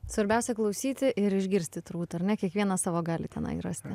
svarbiausia klausyti ir išgirsti turbūt ar ne kiekvienas savo gali tenai rasti